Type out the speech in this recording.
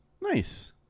Nice